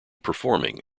performing